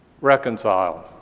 reconciled